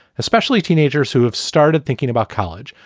especially teenagers who have started thinking about college.